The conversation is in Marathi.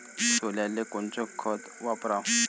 सोल्याले कोनचं खत वापराव?